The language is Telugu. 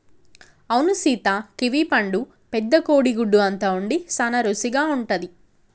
అవును సీత కివీ పండు పెద్ద కోడి గుడ్డు అంత ఉండి సాన రుసిగా ఉంటది